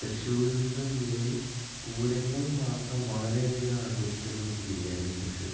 തൃശ്ശൂർ എന്ന ജില്ലയിൽ പൂരങ്ങൾ മാത്രം വളരെയധികം ആഘോഷിക്കുന്ന ഒരു ജില്ലയാണ് തൃശ്ശൂർ